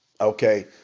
Okay